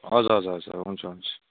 हजुर हजुर हजुर हुन्छ हुन्छ